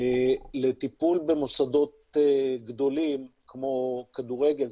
לטיפול במוסדות גדולים כמו כדורגל,